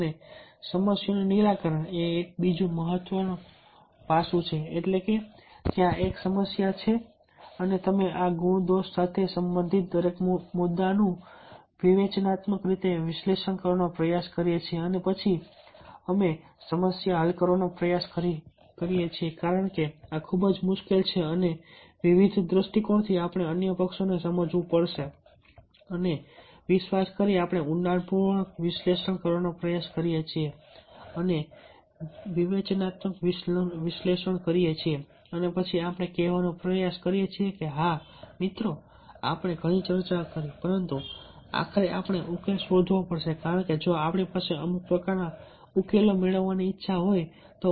અને સમસ્યાનું નિરાકરણ એ બીજું એક ખૂબ જ મહત્વપૂર્ણ છે એટલે કે ત્યાં એક સમસ્યા છે અને અમે આ ગુણદોષ સાથે સંબંધિત દરેક મુદ્દાઓનું વિવેચનાત્મક રીતે વિશ્લેષણ કરવાનો પ્રયાસ કરીએ છીએ અને પછી અમે સમસ્યા હલ કરવાનો પ્રયાસ કરીએ છીએ કારણ કે આ ખૂબ જ મુશ્કેલ છે અને વિવિધ દૃષ્ટિકોણથી આપણે અન્ય પક્ષોને સમજવું પડશે અને વિશ્વાસ કરી આપણે ઊંડાણપૂર્વક વિશ્લેષણ કરવાનો પ્રયાસ કરીએ છીએ અને વિવેચનાત્મક વિશ્લેષણ કરીએ છીએ અને પછી આપણે કહેવાનો પ્રયાસ કરીએ છીએ કે હા મિત્રો આપણે ઘણી ચર્ચા કરી છે પરંતુ આખરે આપણે ઉકેલ શોધવો પડશે કારણ કે જો આપણી પાસે અમુક પ્રકારના ઉકેલો મેળવવાની ઈચ્છા હોય તો